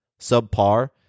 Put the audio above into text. subpar